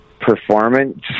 performance